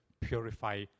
purify